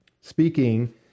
speaking